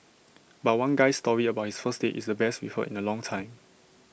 but one guy's story about his first date is the best we've heard in A long time